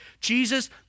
Jesus